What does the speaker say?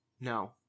No